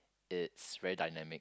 it's very dynamic